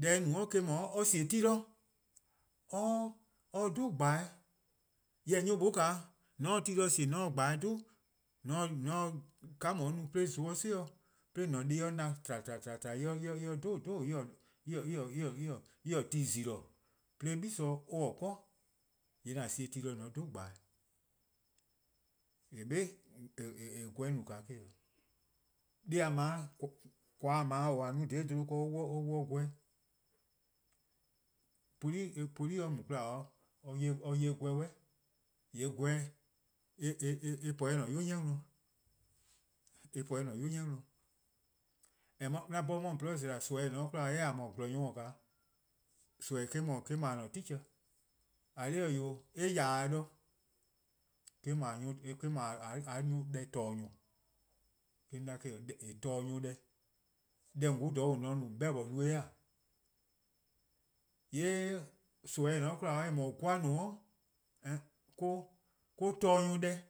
Deh no-eh eh-: 'dhu or sie ti de or dhe :gbeh'eh:. Jorwor: nyor 'nor :mor :on se ti de sie :on se :gbeh'eh: dhe, :mor :on se :ka :on 'ye-a no 'de :mor zon 'si dih :an-a'a: deh+ 'ye :na :tla :tla :tla en :ne-a ti :zi-dih, 'de gle :sor 'kor-a', :yee' :an sie ti de :an dhe :gbeh'eh:. :eh :korn-a 'be 'gweh no-a eh-: 'o :koan :a 'ble-a :a no-a dha 'bluhba ken or 'wluh 'de 'gweh-'. poli' mu 'kwla or 'ye-a 'gweh, :yee' 'gweh, eh po eh-' 'yu 'ni worn, eh po eh-' 'yu 'ni worn 'an 'bhorn 'on 'ye :on :gwluhuh' zela: nimi :eh :ne-a 'de 'kwla eh-: :a mu gwlor-nyor-: 'suh, nimi eh-: no :a-a' teacher. :eh :korn dhih-eh wee', eh :ya-dih-a de. eh-: no-a nyor+ deh :torne' nyor :eh torne'-a nyor+ deh. Deh :on 'wluh :on se-a no :on 'beh-dih: no-eh :e? :yee' nimi :eh ne-a 'de 'kwla en no-a 'gweh 'i or-a'a: torne' nyor+ deh.